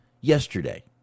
yesterday